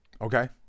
Okay